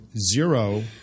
zero